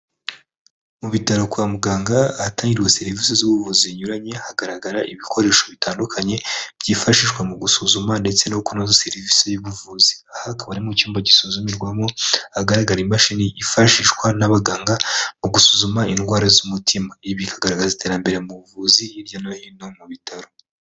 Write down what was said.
Mu bitaro kwa muganga ahatangirwa serivisi z'ubuvuzi zinyuranye hagaragara ibikoresho bitandukanye byifashishwa mu gusuzuma ndetse no kunoza serivisi y'ubuvuzi ahakaba hari mu cyumba gisuzumirwamo hagaragara imashini yifashishwa n'abaganga mu gusuzuma indwara z'umutima, ibi hagaragaza iterambere mu buvuzi hirya no hino mu bitaro.